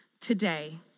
Today